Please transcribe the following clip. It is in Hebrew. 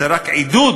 זה רק עידוד,